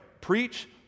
preach